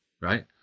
right